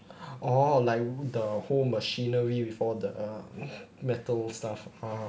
orh like the whole machinery before the metal stuff ah